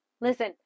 Listen